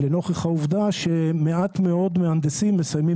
לנוכח העובדה שמעט מאוד מהנדסים מסיימים